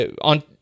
On